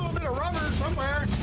um and rubber and somewhere.